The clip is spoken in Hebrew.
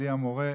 בלי המורה,